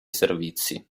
servizi